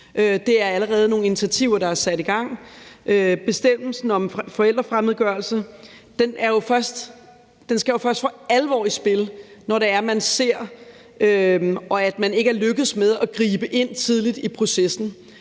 Det er allerede nogle initiativer, der er sat i gang. Bestemmelsen om forældrefremmedgørelse skal jo først for alvor i spil, når man ikke er lykkedes med at gribe ind tidligt i processen.